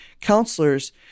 counselors